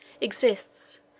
exists